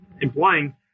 employing